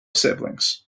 siblings